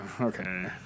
Okay